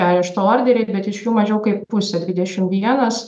arešto orderiai bet iš jų mažiau kaip pusė dvidešim vienas